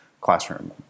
classroom